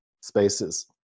spaces